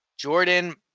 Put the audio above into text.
Jordan –